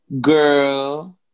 girl